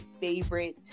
favorite